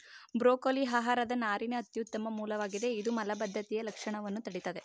broccoli ಆಹಾರದ ನಾರಿನ ಅತ್ಯುತ್ತಮ ಮೂಲವಾಗಿದೆ ಇದು ಮಲಬದ್ಧತೆಯ ಲಕ್ಷಣವನ್ನ ತಡಿತದೆ